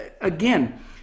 again